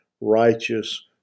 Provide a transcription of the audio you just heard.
righteous